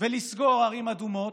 ולסגור ערים אדומות,